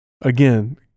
Again